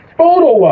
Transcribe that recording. photo